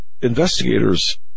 investigators